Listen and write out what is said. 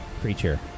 creature